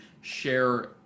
share